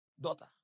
daughter